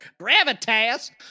Gravitas